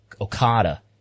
Okada